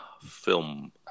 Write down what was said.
film